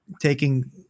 taking